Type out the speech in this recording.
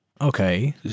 Okay